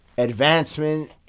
Advancement